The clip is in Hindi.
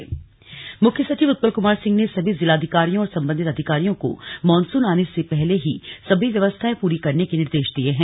मुख्य सचिव मुख्य सचिव उत्पल कुमार सिंह ने सभी जिलाधिकारियों और सम्बन्धित अधिकारियों को मानसुन आने से पहले ही सभी व्यवस्थाएं पूरी करने के निर्देश दिये हैं